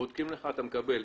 בודקים לך ואתה מקבל,